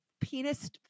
penis